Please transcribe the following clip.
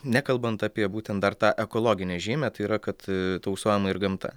nekalbant apie būtent dar tą ekologinę žymę tai yra kad tausojama ir gamta